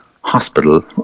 hospital